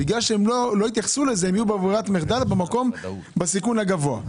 בגלל שהם לא יתייחסו לזה הם יהיו בברירת המחדל שהוא בסיכון הגבוה.